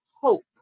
hope